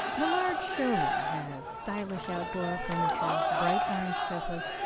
the large showroom has stylish outdoor furniture, bright orange sofas,